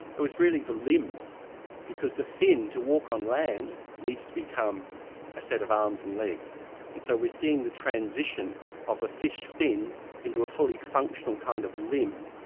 it was really the limbs because the fin, to walk on land, needs to become a set of arms and legs. and so we are seeing the transition of a fish fin into a fully functional kind of limb.